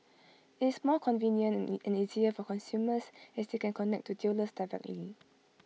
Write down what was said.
it's more convenient and easier for consumers as they can connect to dealers directly